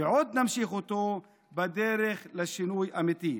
ועוד נמשיך אותו בדרך לשינוי אמיתי.